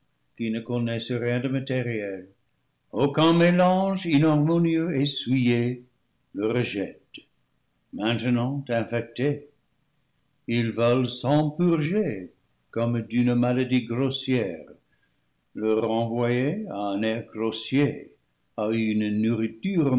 lecteurs ne connaissent